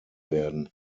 werden